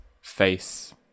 face